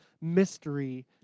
mystery